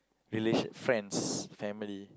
relation~ friends family